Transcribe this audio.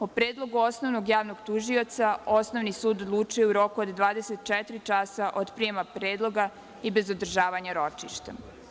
O predlogu osnovnog javnog tužioca osnovni sud odlučuje u roku od 24 časa od prijema predloga i bez održavanja ročišta.